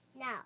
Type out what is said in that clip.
No